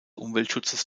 umweltschutzes